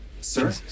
Sir